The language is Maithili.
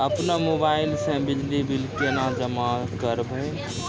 अपनो मोबाइल से बिजली बिल केना जमा करभै?